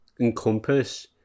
encompass